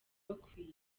bakwiye